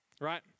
right